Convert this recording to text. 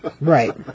Right